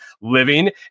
living